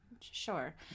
Sure